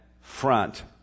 front